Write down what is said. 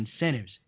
incentives